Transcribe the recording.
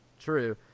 true